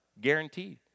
Guaranteed